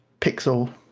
Pixel